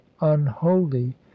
unholy